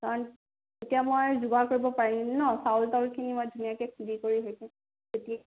কাৰণ তেতিয়া মই যোগাৰ কৰিব পাৰিম ন চাউল তাউল খিনি মই ধুনীয়াকৈ খুন্দি কৰি